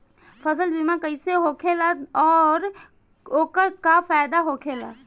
फसल बीमा कइसे होखेला आऊर ओकर का फाइदा होखेला?